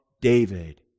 David